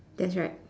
that's right